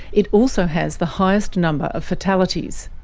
it also has the highest number of fatalities.